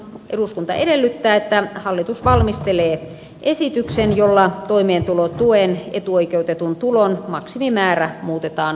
eduskunta edellyttää että hallitus valmistelee esityksen jolla toimeentulotuen etuoikeutetun tulon maksimimäärä muutetaan henkilökohtaiseksi